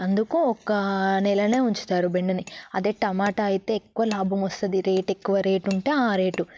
అందుకని ఒక్క నెలనే ఉంచుతారు బెండని అదే తమాటా అయితే ఎక్కువ లాభం వస్తుంది రేట్ ఎక్కువ రేటు ఉంటే ఆ రేటు